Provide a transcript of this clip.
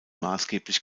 maßgeblich